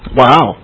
wow